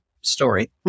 story